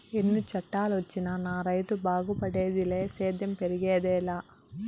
ఎన్ని చట్టాలొచ్చినా నా రైతు బాగుపడేదిలే సేద్యం పెరిగేదెలా